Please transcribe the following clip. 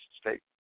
State